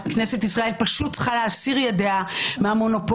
כנסת ישראל פשוט צריכה להסיר ידיה מהמונופול.